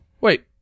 Wait